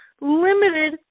limited